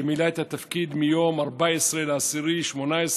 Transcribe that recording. שמילא את התפקיד מיום 14 באוקטובר 2018,